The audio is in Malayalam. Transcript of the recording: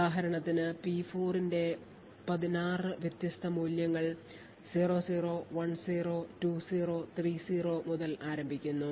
ഉദാഹരണത്തിന് P4 ന്റെ 16 വ്യത്യസ്ത മൂല്യങ്ങൾ 00 10 20 30 മുതൽ ആരംഭിക്കുന്നു